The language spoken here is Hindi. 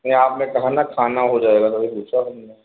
नहीं आपने कहा न खाना हो जाएगा तो वहीं पूछा हमने